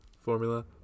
Formula